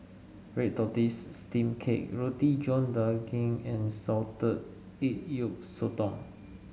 Red Tortoise Steamed Cake Roti John Daging and Salted Egg Yolk Sotong